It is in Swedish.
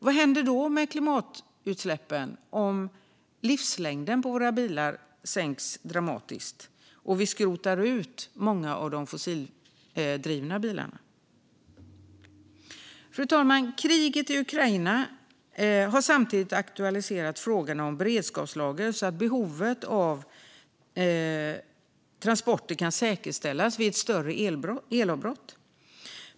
Vad händer då med klimatutsläppen, om livslängden på våra bilar sänks dramatiskt och vi skrotar många av de fossildrivna bilarna? Fru talman! Kriget i Ukraina har samtidigt aktualiserat frågan om beredskapslager så att behovet av transporter kan säkerställas vid ett större elavbrott.